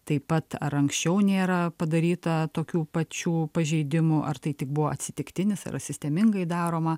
taip pat ar anksčiau nėra padaryta tokių pačių pažeidimų ar tai tik buvo atsitiktinis ar sistemingai daroma